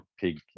pig